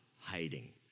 hiding